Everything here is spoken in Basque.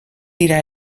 dira